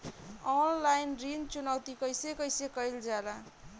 Online ऋण चुकौती कइसे कइसे कइल जाला?